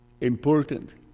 important